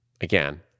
Again